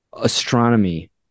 astronomy